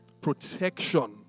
Protection